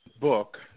book